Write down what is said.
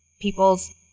people's